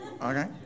okay